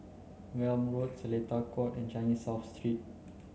Welm Road Seletar Court and Changi South Street